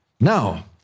Now